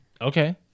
Okay